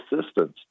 assistance